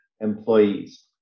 employees